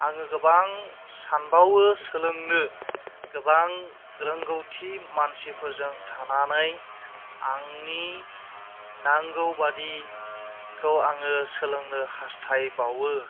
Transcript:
आङो गोबां सानबावो सोलोंनो गोबां रोंगौथि मानसिफोरजों थानानै आंनि नांगौ बादिखौ आङो सोलोंनो हास्थायबावो